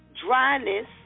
dryness